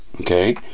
Okay